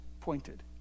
pointed